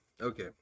Okay